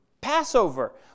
Passover